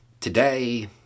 today